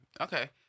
okay